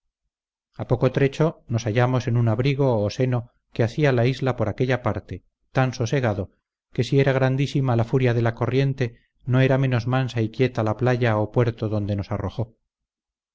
a poco trecho nos hallamos en un abrigo o seno que hacía la isla por aquella parte tan sosegado que si era grandísima la furia de la corriente no era menos mansa y quieta la playa o puerto adonde nos arrojó